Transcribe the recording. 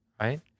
Right